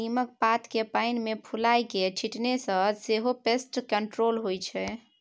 कीरामारा संगे नीमक पात केँ पानि मे फुलाए कए छीटने सँ सेहो पेस्ट कंट्रोल होइ छै